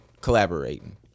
collaborating